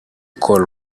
call